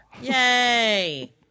Yay